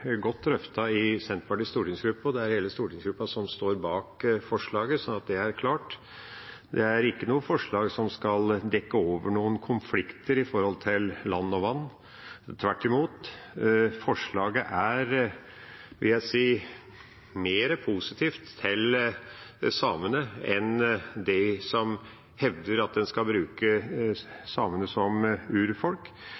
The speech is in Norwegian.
godt drøftet i Senterpartiets stortingsgruppe, og det er hele stortingsgruppa som står bak forslaget – slik at det er klart. Det er ikke noe forslag som skal dekke over noen konflikter med hensyn til land og vann – tvert imot. Forslaget er, vil jeg si, mer positivt til samene enn forslaget om at en skal